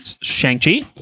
Shang-Chi